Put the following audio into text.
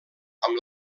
amb